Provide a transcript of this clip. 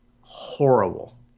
horrible